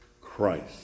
Christ